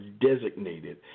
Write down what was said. designated